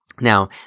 Now